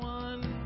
one